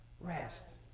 Rest